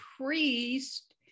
priest